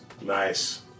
Nice